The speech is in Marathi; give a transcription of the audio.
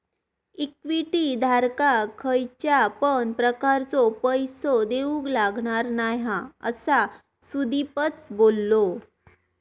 इक्विटी धारकाक खयच्या पण प्रकारचो पैसो देऊक लागणार नाय हा, असा सुदीपच बोललो